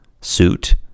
suit